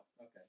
Okay